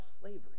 slavery